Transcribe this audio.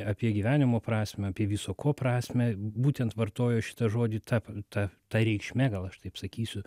apie gyvenimo prasmę apie viso ko prasmę būtent vartojo šitą žodį ta ta ta reikšme gal aš taip sakysiu